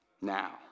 now